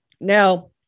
Now